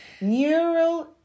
Neural